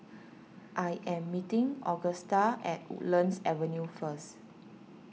I am meeting Augusta at Woodlands Avenue first